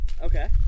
Okay